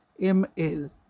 ML